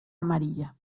amarilla